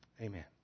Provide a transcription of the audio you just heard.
Amen